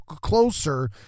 closer